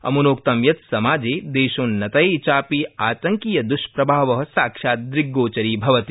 अमुनोक्त यत् समाजे देशोन्नतये चापि आतंकीयद्ष्प्रभाव साक्षात् द्रग्गोचरीभवति